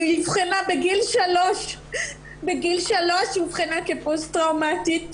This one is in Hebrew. היא אובחנה בגיל שלוש כפוסט טראומטית.